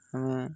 ଆମେ